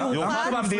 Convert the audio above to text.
הוא יורחק.